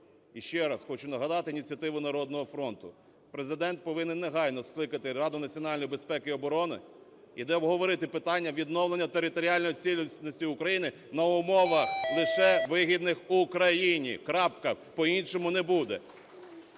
І ще раз хочу нагадати ініціативу "Народного фронту". Президент повинен негайно скликати Раду національної безпеки і оборони, де обговорити питання відновлення територіальної цілісності України на умовах лише вигідних Україні. Крапка. По-іншому не буде.